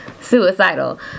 suicidal